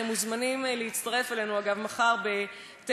אתם מוזמנים להצטרף אלינו, אגב, מחר ב-09:00.